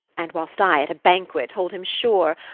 and whilst i at a banquet hold him sure,